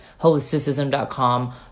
holisticism.com